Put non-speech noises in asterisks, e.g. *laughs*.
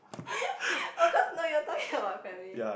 *laughs* oh cause no you were talking about family